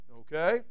Okay